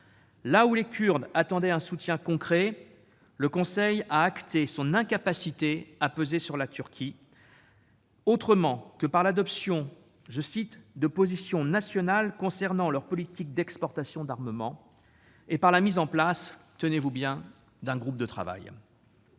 Là où les Kurdes attendaient un soutien concret, le Conseil a acté son incapacité à peser sur la Turquie autrement que par l'adoption de « positions nationales concernant leur politique d'exportation d'armements » et par la mise en place- tenez-vous bien, mes chers